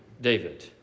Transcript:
David